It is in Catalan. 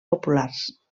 populars